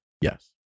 yes